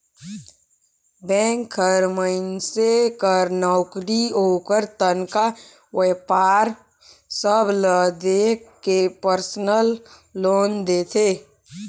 bank हर मइनसे कर नउकरी, ओकर तनखा, बयपार सब ल देख के परसनल लोन देथे